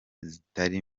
zitari